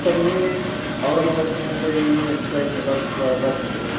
sir मी औरंगाबाद ते मुंबई ह्या फ्लाईटनं जात जा जात होतो